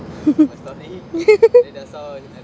are you know